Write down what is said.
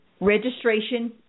registration